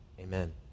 Amen